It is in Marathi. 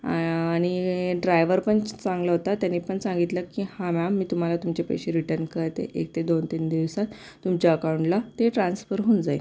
आणि ड्रायव्हर पण चांगला होता त्यांनी पण सांगितलं की हां मॅम मी तुम्हाला तुमचे पैसे रिटर्न करतो एक ते दोन तीन दिवसात तुमच्या अकाऊंटला ते ट्रान्सफर होऊन जाईल